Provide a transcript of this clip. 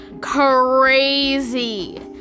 crazy